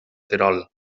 terol